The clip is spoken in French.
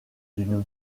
d’une